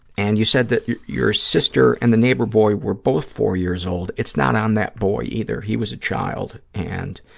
and you said that your sister and the neighbor boy were both four years old. it's not on that boy either. he was a child. and